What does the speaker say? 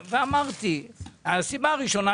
הסיבה הראשונה,